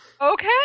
Okay